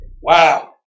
Wow